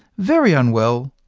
very unwell,